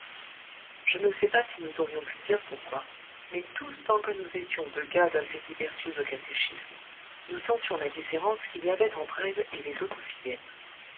je ne sais pas si nous aurions pu dire pourquoi mais tous tant que nous étions de gars assez diversieux au catéchisme nous sentions la différence qu'il y avait entre elle et les autres fillettes